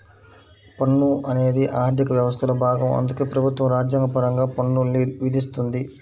పన్ను అనేది ఆర్థిక వ్యవస్థలో భాగం అందుకే ప్రభుత్వం రాజ్యాంగపరంగా పన్నుల్ని విధిస్తుంది